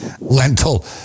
Lentil